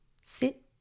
Sit